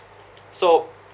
so